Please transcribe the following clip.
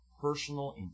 personal